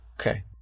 Okay